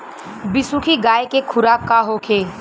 बिसुखी गाय के खुराक का होखे?